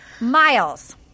Miles